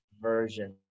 version